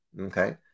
Okay